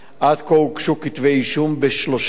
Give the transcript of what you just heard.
עד כה הוגשו כתבי-אישום בשלושה מקרים.